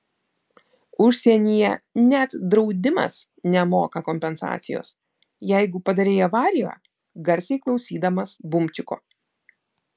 užsienyje net draudimas nemoka kompensacijos jeigu padarei avariją garsiai klausydamas bumčiko